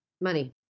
money